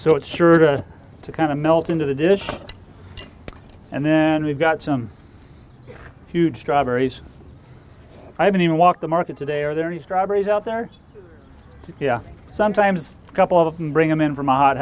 so it's sure to to kind of melt into the dish and then we've got some huge strawberries i haven't even walked the market today are there any strawberries out there yeah sometimes a couple of them bring them in